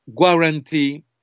guarantee